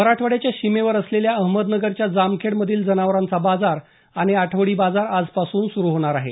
मराठवाड्याच्या सीमेवर असलेल्या अहमदनगरच्या जामखेड मधील जनावरांचा बाजार आणि आठवडी बाजार आजपासून सुरू होणार आहे